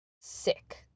sick